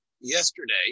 yesterday